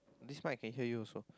this mike I can hear you also